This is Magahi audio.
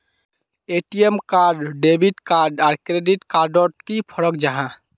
ए.टी.एम कार्ड डेबिट कार्ड आर क्रेडिट कार्ड डोट की फरक जाहा?